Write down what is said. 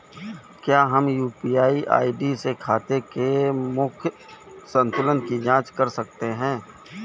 क्या हम UPI ID से खाते के मूख्य संतुलन की जाँच कर सकते हैं?